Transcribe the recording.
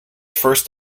first